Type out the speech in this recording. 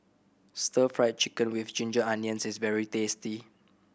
Stir Fry Chicken with ginger onions is very tasty